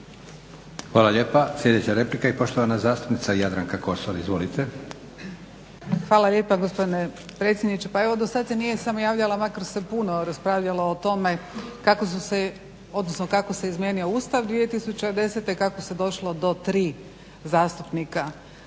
Hvala lijepa. Sljedeća replika i poštovana zastupnica Jadranka Kosor. Izvolite. **Kosor, Jadranka (HDZ)** Hvala lijepa gospodine predsjedniče. Pa evo do sad se nije samo javljala makar se puno raspravljalo o tome kako se izmijenio Ustav 2010, kako se došlo do tri zastupnika